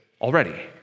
already